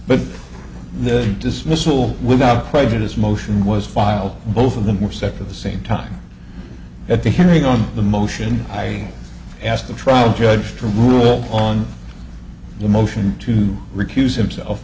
but the dismissal without prejudice motion was filed both of them were separate the same time at the hearing on the motion i asked the trial judge to rule on the motion to recuse himself